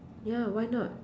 ya why not